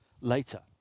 later